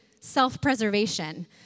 self-preservation